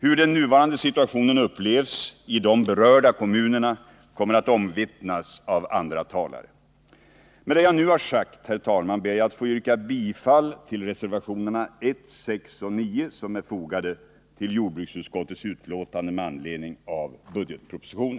Hur den nuvarande situationen upplevs i de berörda kommunerna kommer att omvittnas av andra talare. Med det jag nu har sagt, fru talman, ber jag att få yrka bifall till reservationerna 1, 6 och 9, som är fogade vid jordbruksutskottets betänkande med anledning av budgetpropositionen.